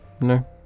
No